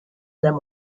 them